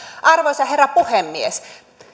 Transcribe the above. arvoisa herra puhemies